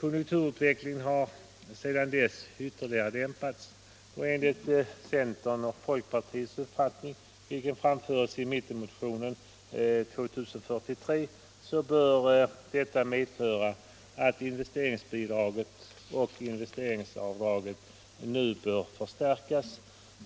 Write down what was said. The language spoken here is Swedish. Konjunkturutvecklingen har sedan dess ytterligare dämpats, och enligt centerns och folkpartiets uppfattning, framförd i mittenmotionen 1975/76:2043, bör detta medföra att investeringsbidraget och investeringsavdraget nu förstärks